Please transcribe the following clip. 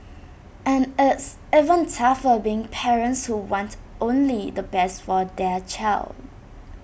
and it's even tougher being parents who want only the best for their child